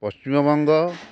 Paschimbanga